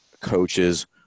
coaches